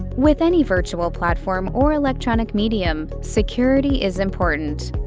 with any virtual platform or electronic medium, security is important.